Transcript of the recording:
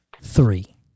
three